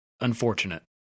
unfortunate